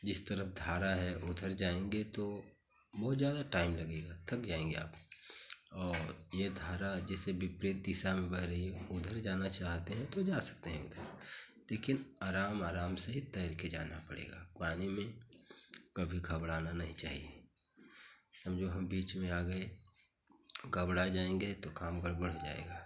जिस तरफ धारा है उधर जाएँगे तो बहुत ज़्यादा टाइम लगेगा थक जाएँगे आप और यह धारा जैसे विपरीत दिशा में बह रही हो उधर जाना चाहते हैं तो जा सकते हैं उधर लेकिन आराम आराम से ही तैर के जाना पड़ेगा पानी में कभी घबराना नहीं चाहिए समझो हम बीच में आ गए घबरा जाएँगे तो काम गड़ बड़ हो जाएगा